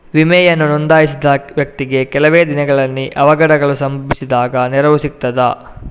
ವಿಮೆಯನ್ನು ನೋಂದಾಯಿಸಿದ ವ್ಯಕ್ತಿಗೆ ಕೆಲವೆ ದಿನಗಳಲ್ಲಿ ಅವಘಡಗಳು ಸಂಭವಿಸಿದಾಗ ನೆರವು ಸಿಗ್ತದ?